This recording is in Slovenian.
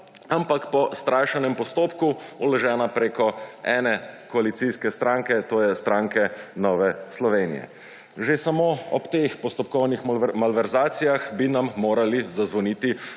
ampak po skrajšanem postopku vložena preko ene koalicijske stranke, to je stranke Nove Slovenije. Že samo ob teh postopkovnih malverzacijah bi nam morali zazvoniti